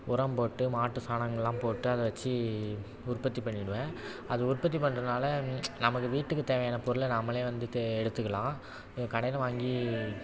உரம் போட்டு மாட்டு சாணங்கள் எல்லாம் போட்டு அதை வச்சு உற்பத்தி பண்ணிடுவேன் அது உற்பத்தி பண்ணுறனால நமக்கு வீட்டுக்கு தேவையான பொருளை நாமளே வந்துவிட்டு எடுத்துக்கலாம் இங்கே கடையில் வாங்கி